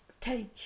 take